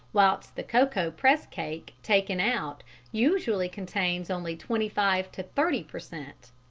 whilst the cocoa press-cake taken out usually contains only twenty five to thirty per cent.